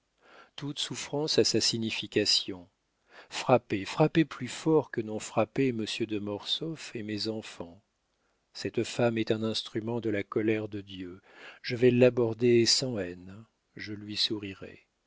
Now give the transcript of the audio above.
toute souffrance a sa signification frappez frappez plus fort que n'ont frappé monsieur de mortsauf et mes enfants cette femme est un instrument de la colère de dieu je vais l'aborder sans haine je lui sourirai